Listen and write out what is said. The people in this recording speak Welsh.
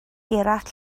gerallt